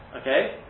Okay